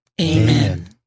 Amen